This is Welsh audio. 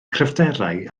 cryfderau